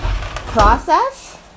process